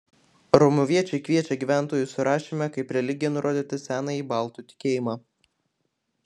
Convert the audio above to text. romuviečiai kviečia gyventojų surašyme kaip religiją nurodyti senąjį baltų tikėjimą